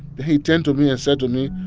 he turned to me and said to me,